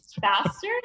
faster